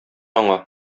аңа